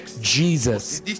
Jesus